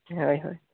ᱦᱳᱭ ᱦᱳᱭ